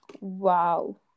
Wow